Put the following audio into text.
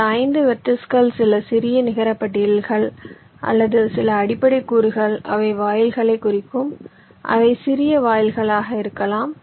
இந்த 5 வெர்டிஸ்கள் சில சிறிய நிகரபட்டியல்கள் அல்லது சில அடிப்படை கூறுகள் அவை வாயில்களைக் குறிக்கும் அவை சிறிய வாயில்களாக இருக்கலாம்